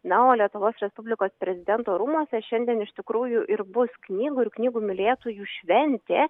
na o lietuvos respublikos prezidento rūmuose šiandien iš tikrųjų ir bus knygų ir knygų mylėtojų šventė